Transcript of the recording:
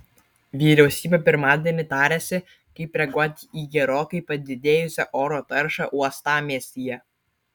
vyriausybė pirmadienį tarėsi kaip reaguoti į gerokai padidėjusią oro taršą uostamiestyje